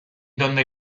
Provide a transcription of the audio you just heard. donde